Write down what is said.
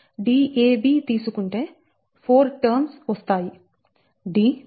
Dab తీసుకుంటే 4 terms వస్తాయి D